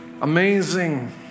Amazing